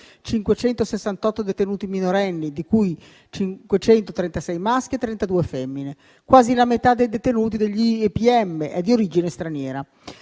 568 detenuti minorenni, di cui 536 maschi e 32 femmine. Quasi la metà dei detenuti degli istituti penali